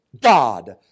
God